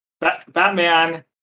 Batman